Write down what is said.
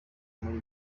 muri